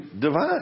divine